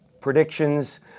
predictions